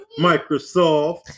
Microsoft